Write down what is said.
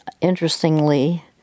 interestingly